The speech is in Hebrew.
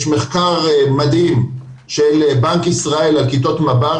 יש מחקר מדהים של בנק ישראל על כיתות מב"ר,